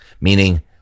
meaning